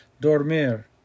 Dormir